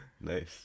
Nice